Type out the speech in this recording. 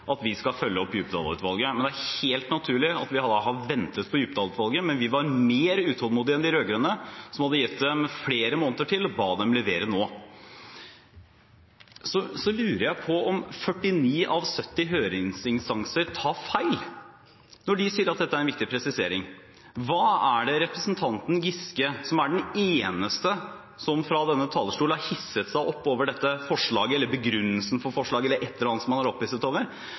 at vi skal følge opp Djupedal-utvalget. Det er helt naturlig at vi har ventet på Djupedal-utvalget, men vi var mer utålmodige enn de rød-grønne, som hadde gitt dem flere måneder til, og ba dem levere nå. Så lurer jeg på om 49 av 70 høringsinstanser tar feil når de sier at dette er en viktig presisering. Hva er det representanten Giske, som er den eneste som fra denne talerstolen har hisset seg opp over dette forslaget – eller begrunnelsen for forslaget, eller hva det er han er opphisset over